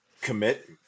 commit